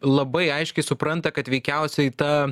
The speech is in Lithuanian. labai aiškiai supranta kad veikiausiai ta